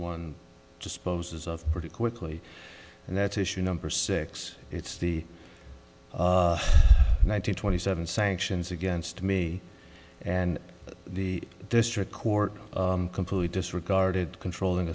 one disposes of pretty quickly and that's issue number six it's the nine hundred twenty seven sanctions against me and the district court completely disregarded controlling